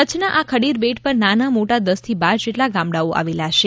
કચ્છનાં આ ખડીર બેટ પર નાના મોટા દસથી બાર જેટલા ગામડાઓ આવેલા છે